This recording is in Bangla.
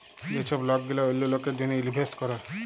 যে ছব লক গিলা অল্য লকের জ্যনহে ইলভেস্ট ক্যরে